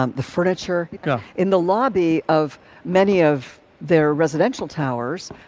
um the furniture in the lobby of many of their residential towers.